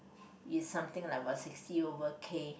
is something like about sixty over K